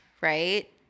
right